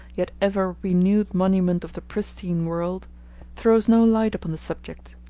yet ever renewed monument of the pristine world throws no light upon the subject.